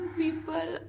people